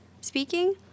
speaking